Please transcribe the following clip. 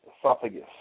esophagus